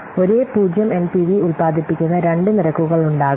ഒരേ 0 എൻപിവി ഉൽപാദിപ്പിക്കുന്ന രണ്ട് നിരക്കുകൾ ഉണ്ടാകാം